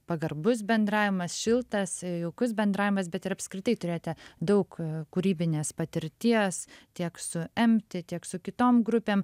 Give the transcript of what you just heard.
pagarbus bendravimas šiltas jaukus bendravimas bet ir apskritai turėjote daug kūrybinės patirties tiek su empti tiek su kitom grupėm